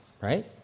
right